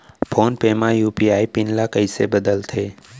Phone पे म UPI PIN ल कइसे बदलथे?